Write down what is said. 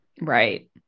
right